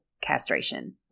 castration